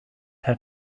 had